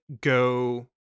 go